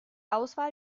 auswahl